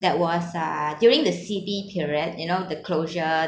that was uh during the C_B period you know the closure